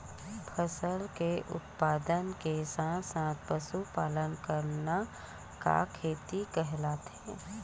फसल के उत्पादन के साथ साथ पशुपालन करना का खेती कहलाथे?